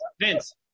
Vince